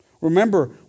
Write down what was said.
Remember